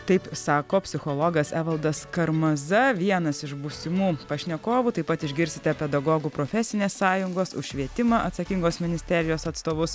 taip sako psichologas evaldas karmaza vienas iš būsimų pašnekovų taip pat išgirsite pedagogų profesinės sąjungos už švietimą atsakingos ministerijos atstovus